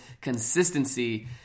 consistency